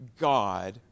God